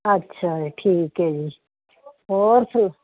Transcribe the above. ਅੱਛਾ ਠੀਕ ਹੈ ਜੀ ਹੋਰ ਸੁਣਾ